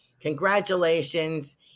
Congratulations